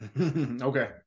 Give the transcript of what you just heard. Okay